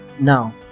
Now